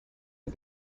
and